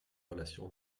relations